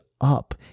up